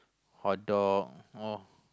hot dog